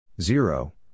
Zero